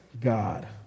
God